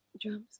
Drums